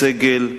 הסגל,